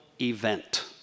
event